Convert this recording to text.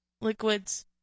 liquids